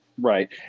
Right